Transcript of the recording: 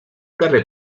carrer